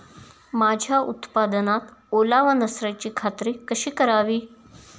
माझ्या उत्पादनात ओलावा नसल्याची खात्री कशी करावी?